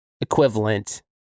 equivalent